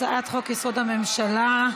הצעת חוק-יסוד: הממשלה.